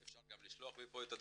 אפשר גם לשלוח מפה את הדברים.